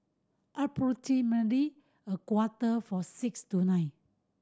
approximatly a quarter for six tonight